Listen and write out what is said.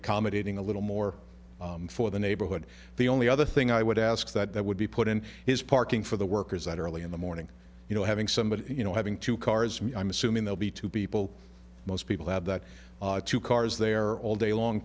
accommodating a little more for the neighborhood the only other thing i would ask that that would be put in is parking for the workers that early in the morning you know having somebody you know having two cars me i'm assuming they'll be two people most people have that two cars there all day long